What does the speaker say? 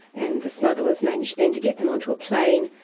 and the smugglers manage then to get them on to a plane.